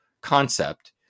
concept